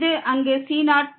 இது அங்கு c0